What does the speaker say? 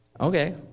Okay